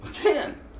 Again